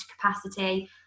capacity